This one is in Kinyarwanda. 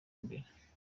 mbere